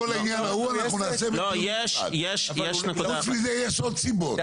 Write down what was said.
יש- -- חוץ מזה יש עוד סיבות.